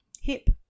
hip